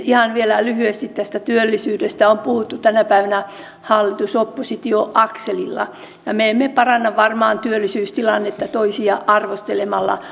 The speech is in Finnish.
ihan vielä lyhyesti tästä työllisyydestä josta on puhuttu tänä päivänä hallitusoppositio akselilla ja me emme paranna varmaan työllisyystilannetta toisia arvostelemalla